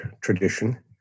tradition